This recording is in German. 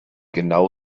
genau